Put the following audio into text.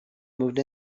moved